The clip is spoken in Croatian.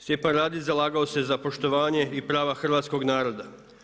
Stjepan Radić zalagao se za poštovanje i prava hrvatskog naroda.